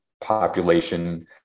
population